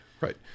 Right